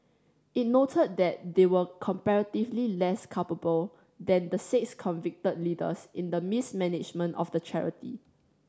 it noted that they were comparatively less culpable than the six convicted leaders in the mismanagement of the charity